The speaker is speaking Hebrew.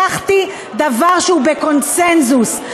לקחתי דבר שהוא בקונסנזוס.